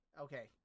Okay